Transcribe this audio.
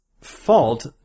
fault